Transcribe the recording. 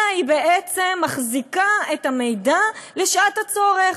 אלא היא בעצם מחזיקה את המידע לשעת הצורך.